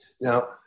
Now